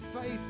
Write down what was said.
faith